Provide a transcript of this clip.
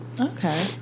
Okay